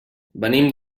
venim